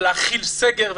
להחיל סגר,